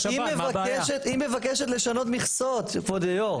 היא מבקשת לשנות מכסות, כבוד היו"ר.